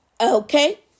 okay